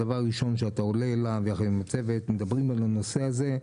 הדבר הראשון שאתה עולה אליו יחד עם הצוות מדברים על הנושא הזה,